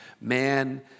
man